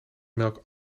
melk